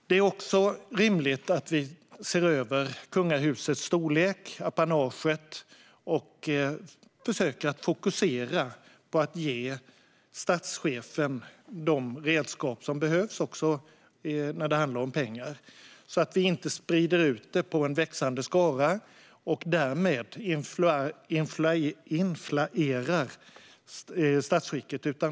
Det är också rimligt att vi ser över kungahusets storlek och apanaget, att vi försöker fokusera på att ge statschefen de redskap som behövs när det handlar om apanaget och inte sprider ut det till en växande skara och därmed inflaterar statsskicket.